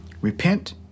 Repent